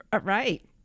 Right